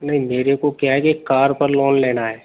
नहीं मेरे को क्या है कि कार पर लोन लेना है